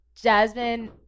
Jasmine